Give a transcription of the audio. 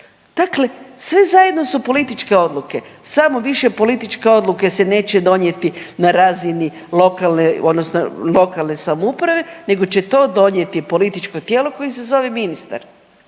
Dakle, sve zajedno su političke odluke, samo više političke odluke se neće donijeti na razini lokalne odnosno lokalne samouprave nego će to donijeti političko tijelo koje se zove ministar.